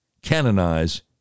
Canonize